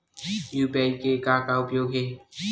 UPI के का उपयोग हवय?